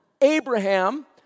Abraham